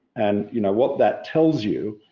and you know, what that tells you?